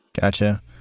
Gotcha